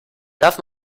darf